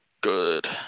good